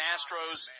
Astros